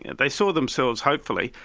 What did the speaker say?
and they saw themselves hopefully,